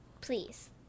Please